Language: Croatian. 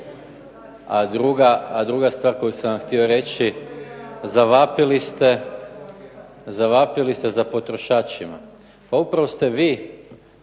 A druga stvar koju sam vam htio reći, zavapili ste za potrošačima. Pa upravo ste vi